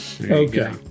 Okay